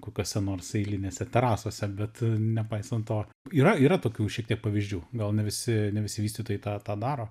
kokiose nors eilinėse terasose bet nepaisant to yra yra tokių šiek tiek pavyzdžių gal ne visi vystytojai tą tą daro